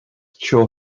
cho